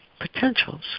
potentials